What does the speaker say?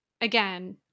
again